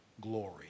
glory